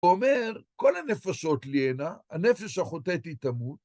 הוא אומר, כל הנפשות לי הנה, הנפש החוטאת היא תמות.